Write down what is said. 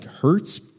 hurts